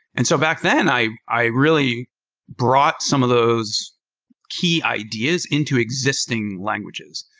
and so back then, i i really brought some of those key ideas into existing languages.